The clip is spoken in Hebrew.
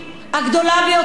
וכך נישאר.